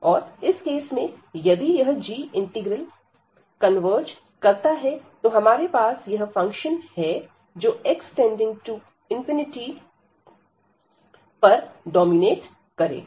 और इस केस में यदि यह g इंटीग्रल कन्वर्ज करता है तो हमारे पास यह फंक्शन है जो x→∞ की ओर जाने पर डोमिनेट करेगा